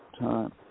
time